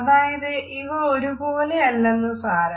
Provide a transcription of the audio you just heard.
അതായത് ഇവ ഒരുപോലെയല്ലെന്ന് സാരം